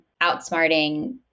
outsmarting